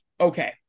Okay